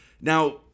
Now